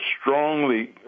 strongly